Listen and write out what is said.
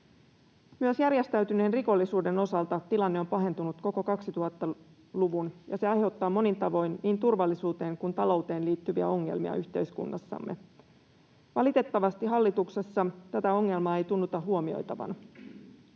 Myös järjestäytyneen rikollisuuden osalta tilanne on pahentunut koko 2000-luvun, ja se aiheuttaa monin tavoin niin turvallisuuteen kuin talouteen liittyviä ongelmia yhteiskunnassamme. Valitettavasti hallituksessa tätä ongelmaa ei tunnuta huomioitavan,